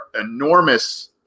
enormous